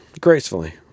Gracefully